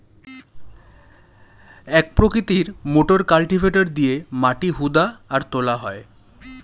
এক প্রকৃতির motor cultivator দিয়ে মাটি হুদা আর তোলা হয়